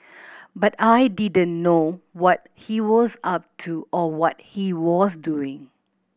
but I didn't know what he was up to or what he was doing